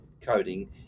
coding